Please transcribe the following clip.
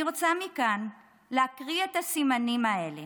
אני רוצה מכאן להקריא את הסימנים האלה